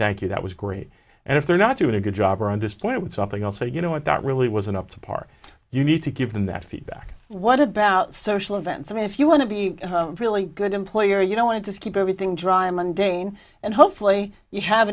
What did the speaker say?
thank you that was great and if they're not doing a good job or on this point with something else or you know what that really wasn't up to par you need to give them that feedback what about social events i mean if you want to be a really good employer you know wanted to keep everything dry mundane and hopefully you have